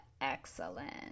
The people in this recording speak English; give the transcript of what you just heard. Excellent